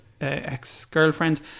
ex-girlfriend